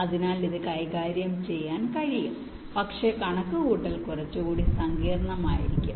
അതിനാൽ ഇത് കൈകാര്യം ചെയ്യാൻ കഴിയും പക്ഷേ കണക്കുകൂട്ടൽ കുറച്ചുകൂടി സങ്കീർണ്ണമായിരിക്കും